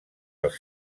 els